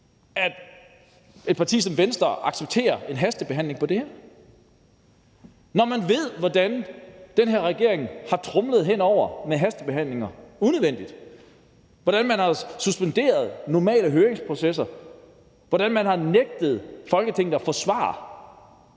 regering – accepterer en hastebehandling af det her, når man ved, hvordan den her regering har tromlet hen over ting med hastebehandlinger, unødvendigt; hvordan man har suspenderet normale høringsprocesser; hvordan man har nægtet Folketinget svar